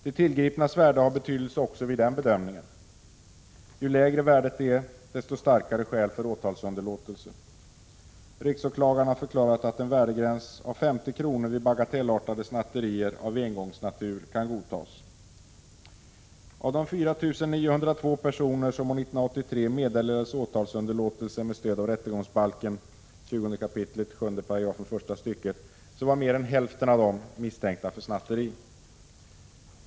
Det tillgripnas värde har betydelse också vid den bedömningen. Ju lägre värdet är, desto starkare skäl för åtalsunderlåtelse. Riksåklagaren har förklarat att en värdegräns på 50 kr. vid bagatellartade snatterier av engångsnatur kan godtas. Av de 4 902 personer som år 1983 meddelades åtalsunderlåtelse med stöd av 20 kap. 7§ första stycket rättegångsbalken var mer än hälften misstänkta för snatteri.